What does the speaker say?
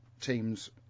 teams